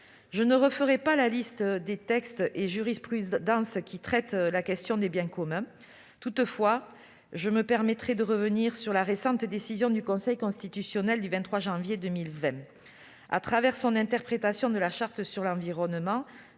Je ne referai pas la liste des textes et jurisprudences traitant de la question des biens communs. Toutefois, je me permettrai de revenir sur la récente décision du Conseil constitutionnel du 31 janvier 2020 : à travers son interprétation de la Charte sur l'environnement,